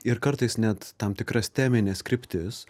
ir kartais net tam tikras temines kryptis